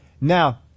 Now